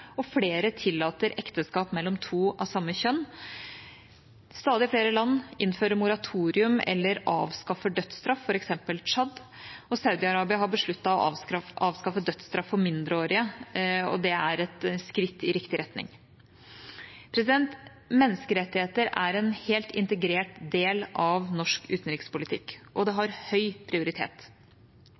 Flere tillater ekteskap mellom to av samme kjønn. Stadig flere land innfører moratorium eller avskaffer dødsstraff, f.eks. Tsjad. Saudi-Arabia har besluttet å avskaffe dødsstraff for mindreårige, og det er et skritt i riktig retning. Menneskerettigheter er en helt integrert del av norsk utenrikspolitikk, og det har høy prioritet.